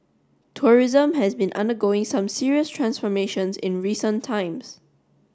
tourism has been undergoing some serious transformations in recent times